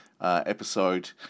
episode